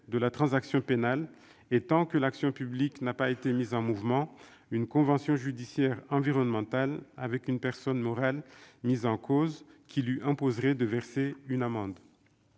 de la transaction pénale et tant que l'action publique n'a pas été mise en mouvement, une convention judiciaire environnementale avec une personne morale mise en cause, convention qui imposerait à cette dernière